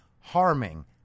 harming